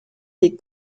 des